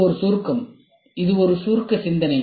இது ஒரு சுருக்கம் இது ஒரு சுருக்க சிந்தனை